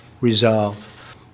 resolve